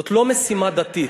זאת לא משימה דתית,